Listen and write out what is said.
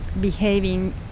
behaving